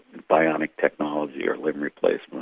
bionic technology or limb replacement,